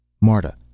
Marta